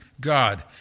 God